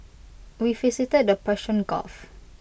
we visited the Persian gulf